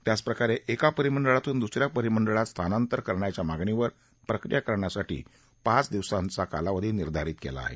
त्याचप्रकारे एका परिमंडळातून दुसऱ्या परिमंडळात स्थानांतर करण्याच्या मागणीवर पक्रिया करण्यासाठी पाच दिव्सांचा कालावधी निर्धारित केला आहे